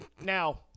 Now